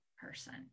person